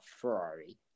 Ferrari